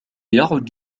يعد